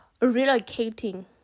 relocating